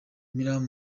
milan